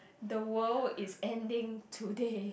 the world is ending today